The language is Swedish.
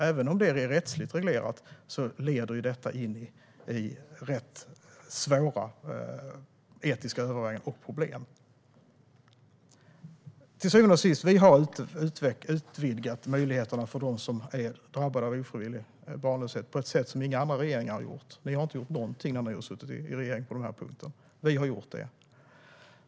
Även om detta är rättsligt reglerat leder det till svåra etiska överväganden och problem. Till syvende och sist har vi utvidgat möjligheterna för dem som är drabbade av ofrivillig barnlöshet på ett sätt som inga andra regeringar har gjort. Ni gjorde inte något på den punkten när ni satt i regeringen, Sofia Fölster, men vi har gjort det.